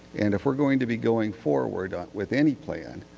and if we are going to be going forward with any plan,